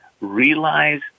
realize